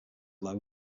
loan